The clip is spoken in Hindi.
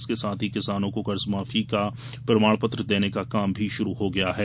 इसके साथ ही किसानो को कर्जमाफी का प्रमाण पत्र देने का काम भी शुरु हो गया है